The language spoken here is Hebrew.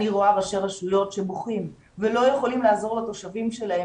אני רואה ראשי רשויות שבוכים ולא יכולים לעזור לתושבים שלהם,